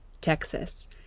Texas